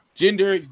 gender